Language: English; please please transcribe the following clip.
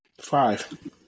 Five